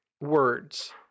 Words